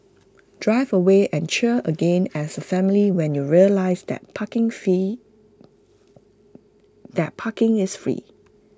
drive away and cheer again as A family when you realise that parking free that parking is free